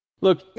Look